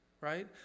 right